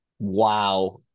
wow